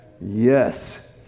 yes